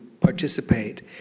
participate